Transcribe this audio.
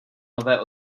nové